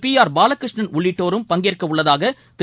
B R Balakrishnan உள்ளிட்டோரும் பங்கேற்கவுள்ளதாக திரு